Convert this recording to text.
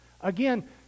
Again